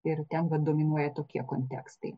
ir ten va dominuoja tokie kontekstai